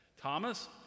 Thomas